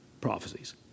prophecies